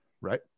right